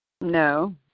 No